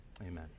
amen